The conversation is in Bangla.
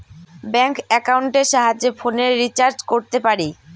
ব্যাঙ্ক একাউন্টের সাহায্যে ফোনের রিচার্জ করতে পারি